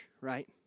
right